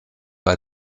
bei